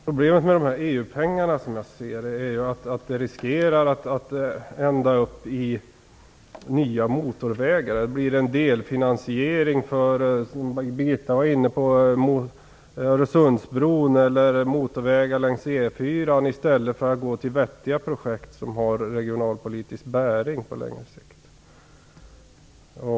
Fru talman! Problemet med EU-pengarna är som jag ser det att det riskerar att bli nya motorvägar. De kan bli en delfinansiering för en Öresundsbro, som Birgitta Hambraeus var inne på, eller motorvägar runt E 4:an i stället för att de går till vettiga projekt som har regionalpolitisk bäring på längre sikt.